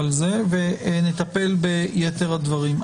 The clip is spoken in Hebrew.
על זה ונטפל ביתר הדברים.